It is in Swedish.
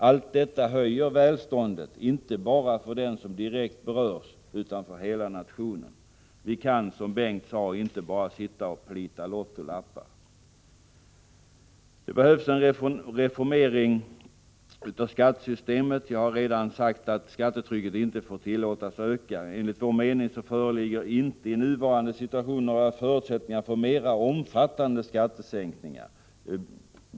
Allt detta höjer välståndet inte bara för den som direkt berörs, utan för hela nationen. Vi kan, som Bengt Westerberg sade, inte bara sitta och plita lottolappar. Det behövs en reformering av skattesystemet. Jag har redan sagt att skattetrycket inte får tillåtas öka. Enligt vår mening föreligger i nuvarande situation inte förutsättningar för mera omfattande skattesänkningar.